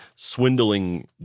swindling